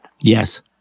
Yes